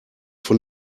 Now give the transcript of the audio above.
von